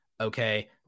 Okay